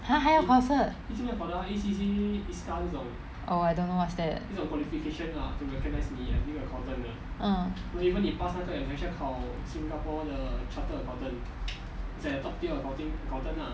!huh! 还要考试 oh I don't know what's that uh